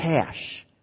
cash